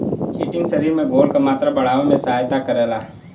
chitin शरीर में घोल क मात्रा बढ़ावे में सहायता करला